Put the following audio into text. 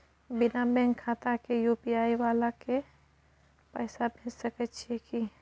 बिना बैंक खाता के यु.पी.आई वाला के पैसा भेज सकै छिए की?